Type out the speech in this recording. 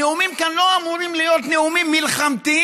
הנאומים כאן לא אמורים להיות נאומים מלחמתיים,